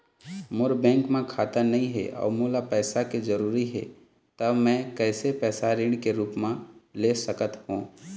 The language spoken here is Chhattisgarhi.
मोर बैंक म खाता नई हे अउ मोला पैसा के जरूरी हे त मे कैसे पैसा ऋण के रूप म ले सकत हो?